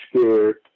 scared